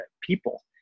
people